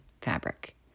fabric